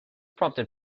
prompted